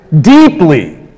deeply